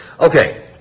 Okay